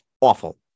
Awful